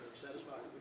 satisfied